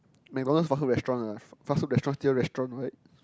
McDonalds fast food restaurant ah fast food restaurant still restaurant right